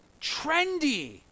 trendy